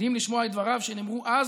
מדהים לשמוע את דבריו, שנאמרו אז